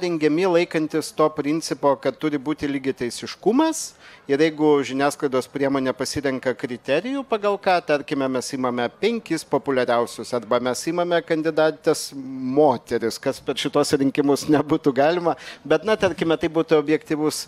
rengiami laikantis to principo kad turi būti lygiateisiškumas ir jeigu žiniasklaidos priemonė pasirenka kriterijų pagal ką tarkime mes imame penkis populiariausius arba mes imame kandidates moteris kas per šituos rinkimus nebūtų galima bet na tarkime tai būtų objektyvus